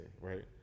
right